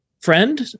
Friend